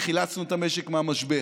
וחילצנו את המשק מהמשבר.